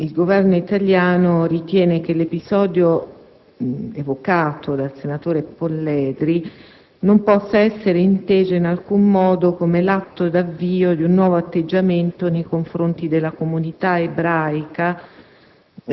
Il Governo italiano ritiene che l'episodio evocato nell'interpellanza non possa essere inteso in alcun modo come "l'atto d'avvio di un nuovo atteggiamento nei confronti della comunità ebraica